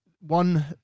one